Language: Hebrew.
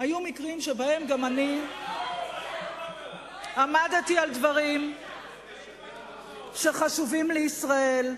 היו מקרים שבהם גם אני עמדתי על דברים שחשובים לישראל,